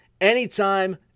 anytime